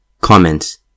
Comments